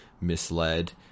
misled